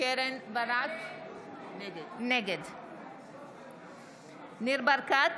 קרן ברק, נגד ניר ברקת,